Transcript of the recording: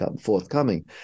forthcoming